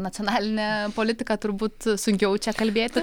nacionalinė politika turbūt sunkiau čia kalbėti